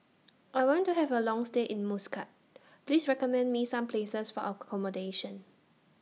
I want to Have A Long stay in Muscat Please recommend Me Some Places For accommodation